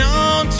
on